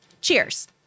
Cheers